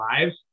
lives